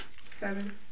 Seven